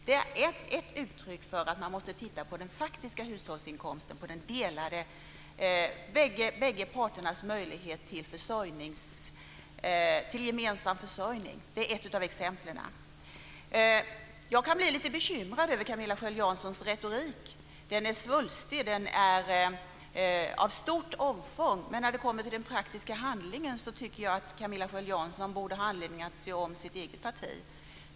Det är ett uttryck för att man måste titta på den faktiska hushållsinkomsten och bägge parters möjlighet till gemensam försörjning. Det är ett av exemplen. Jag kan bli lite bekymrad över Camilla Sköld Janssons retorik. Den är svulstig och av stort omfång. Men när det kommer till den praktiska handlingen borde Camilla Sköld Jansson ha anledning att se till sitt eget parti.